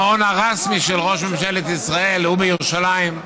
המעון הרשמי של ראש ממשלת ישראל הוא בירושלים.